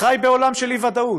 חי בעולם של אי-ודאות,